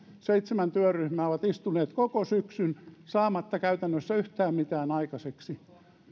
seitsemän työryhmää ovat istuneet koko syksyn saamatta käytännössä yhtään mitään aikaiseksi